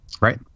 Right